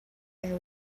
air